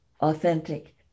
authentic